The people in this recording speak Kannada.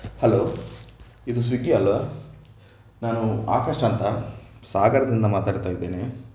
ಹಲೊ ಇದು ಸ್ವಿಗ್ಗಿ ಅಲ್ವಾ ನಾನು ಆಕಾಶ್ ಅಂತ ಸಾಗರದಿಂದ ಮಾತಾಡ್ತಾ ಇದ್ದೇನೆ